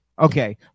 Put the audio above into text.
Okay